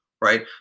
right